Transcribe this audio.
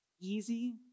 Easy